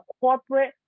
corporate